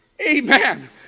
amen